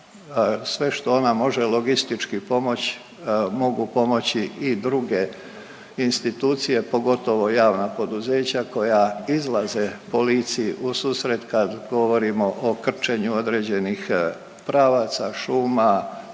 sve što ona može logistički pomoć mogu pomoći i druge institucije, pogotovo javna poduzeća koja izlaze policiji u susret kad govorimo o krčenju određenih pravaca šuma,